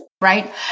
right